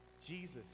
Jesus